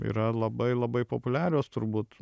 yra labai labai populiarios turbūt